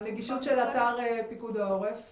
להיות יועץ נגישות לאתרי אינטרנט באפליקציות,